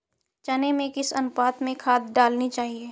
चने में किस अनुपात में खाद डालनी चाहिए?